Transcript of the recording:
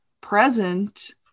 present